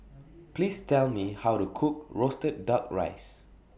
Please Tell Me How to Cook Roasted Duck Rice